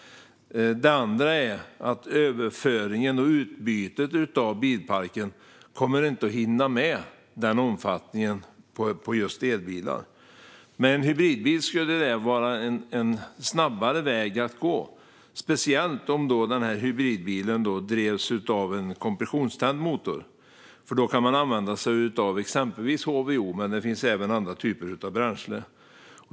Det andra är att överföringen och utbytet av bilparken inte kommer att hinna med i omfattning när det gäller just elbilar. Med en hybridbil skulle det vara en snabbare väg att gå, speciellt om denna hybridbil drevs av en kompressionständ motor. Då kan man nämligen använda sig av exempelvis HVO eller andra liknande typer av bränslen.